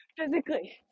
physically